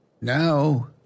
Now